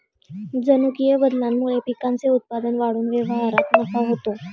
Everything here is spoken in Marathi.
जनुकीय बदलामुळे पिकांचे उत्पादन वाढून व्यापारात नफा होतो